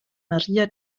maria